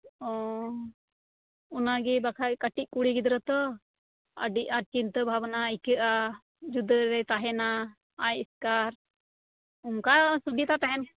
ᱚᱻ ᱚᱱᱟᱜᱮ ᱵᱟᱠᱷᱟᱡ ᱠᱟᱴᱤᱡ ᱠᱩᱲᱤ ᱜᱤᱫᱽᱨᱟᱹ ᱛᱚ ᱟᱰᱤ ᱟᱸᱴ ᱪᱤᱱᱛᱟᱹ ᱵᱷᱟᱵᱽᱱᱟ ᱤᱠᱟᱹᱜᱼᱟ ᱡᱩᱫᱟᱹᱨᱮᱭ ᱛᱟᱦᱮᱸᱱᱟ ᱟᱡ ᱮᱥᱠᱟᱨ ᱚᱝᱠᱟ ᱥᱩᱵᱤᱛᱟ ᱛᱟᱦᱮᱸᱱ